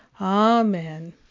Amen